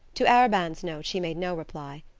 to arobin's note she made no reply.